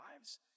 lives